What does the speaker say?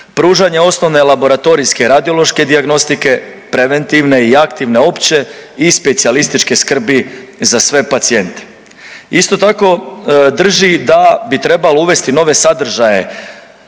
pružanje osnovne laboratorijske radiološke dijagnostike, preventivne i aktivne opće i specijalističke skrbi za sve pacijente. Isto tako, drži da bi trebalo uvesti nove sadržaje